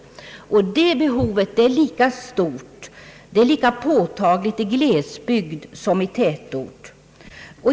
Det behovet är lika stort och lika påtagligt i glesbygd som i tätort.